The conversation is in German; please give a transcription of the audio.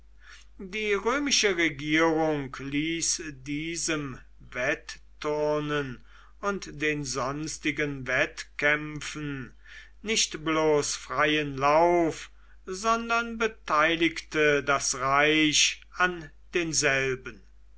die römische regierung ließ diesem wetturnen und den sonstigen wettkämpfen nicht bloß freien lauf sondern beteiligte das reich an denselben